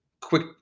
quick